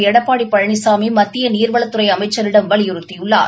எடப்பாடி பழனிசாமி மத்திய நீர்வளத்துறை அமைச்சரிடம் வலியுறுத்தியுள்ளார்